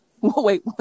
Wait